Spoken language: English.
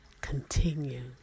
Continue